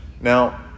Now